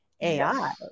AI